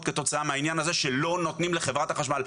כתוצאה מהעניין הזה שלא נותנים לחברת החשמל,